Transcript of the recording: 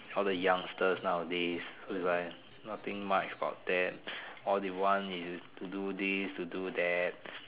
all the youngsters nowadays will be like nothing much about that all they want is to do this to do that